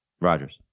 Rodgers